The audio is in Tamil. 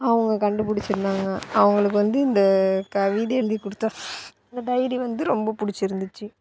அவங்க கண்டுபுடிச்சிருந்தாங்க அவங்களுக்கு வந்து இந்த கவிதை எழுதிக்கொடுத்த அந்த டைரி வந்து ரொம்ப பிடிச்சிருந்துச்சி